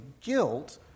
guilt